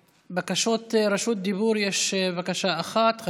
יש בקשה אחת לרשות דיבור,